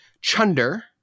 chunder